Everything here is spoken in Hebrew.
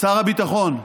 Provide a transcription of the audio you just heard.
שר הביטחון,